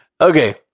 Okay